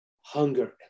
hunger